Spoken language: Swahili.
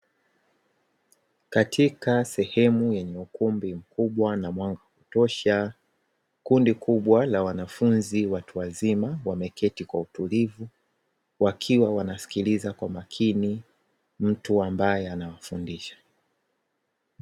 Katika sehemu yenye ukumbi mkubwa na mwanga wa kutosha. Kundi kubwa la wanafunzi watu wazima, wameketi kwa utulivu, wakiwa wanasikiliza kwa makini, mtu ambaye anawafundisha.